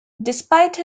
despite